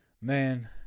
Man